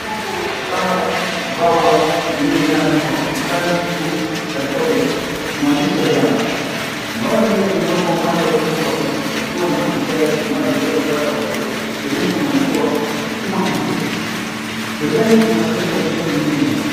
...wenye alama ya mbao mviringo iliyoandikwa, Bustani Suite 34A kwa maandishi ya njano. Mbao hiyo imewekwa upande wa kushoto wa picha ikiwa na mshale unaoelekeza upande wa kushoto ikionyesha mwelekeo wa chuma hicho. Pembeni kuna sehemu ya ukuta mwingine.